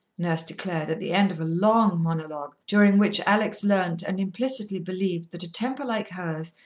nurse declared, at the end of a long monologue during which alex learnt and implicitly believed that a temper like hers,